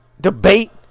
debate